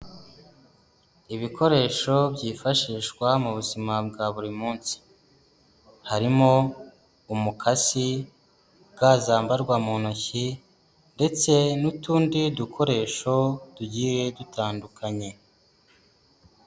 Ibikoresho byifashishwa mu buzima bwa buri munsi, harimo umukasi, ga zambarwa mu ntoki, ndetse n'utundi dukoresho tugiye dutandukanye.